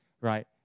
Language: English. right